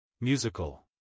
Musical